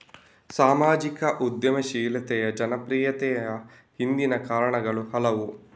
ಸಾಮಾಜಿಕ ಉದ್ಯಮಶೀಲತೆಯ ಜನಪ್ರಿಯತೆಯ ಹಿಂದಿನ ಕಾರಣಗಳು ಹಲವು